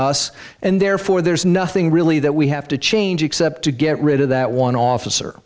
us and therefore there's nothing really that we have to change except to get rid of that one officer